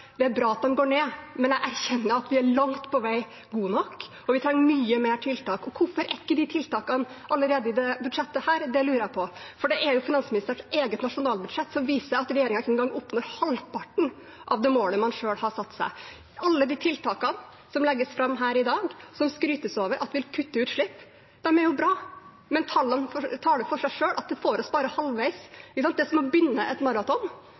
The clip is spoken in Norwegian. går ned, men jeg erkjenner at vi på langt nær er gode nok, og vi trenger mye mer tiltak. Og hvorfor er ikke de tiltakene allerede i dette budsjettet? Det lurer jeg på, for det er jo finansministerens eget nasjonalbudsjett som viser at regjeringen ikke engang oppnår halvparten av det målet man selv har satt seg. Alle de tiltakene som legges fram her i dag, som det skrytes av at vil kutte utslipp, er jo bra, men tallene taler for seg selv, at det får oss bare halvveis. Det er som å begynne